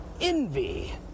Envy